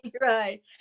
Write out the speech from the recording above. right